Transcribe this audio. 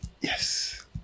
Yes